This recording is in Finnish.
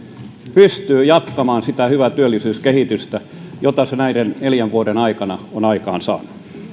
pystyy jatkamaan sitä hyvää työllisyyskehitystä jota se näiden neljän vuoden aikana on aikaansaanut